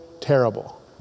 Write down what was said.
terrible